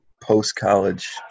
post-college